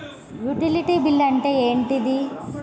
Utility bill అంటే ఏంటిది?